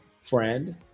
friend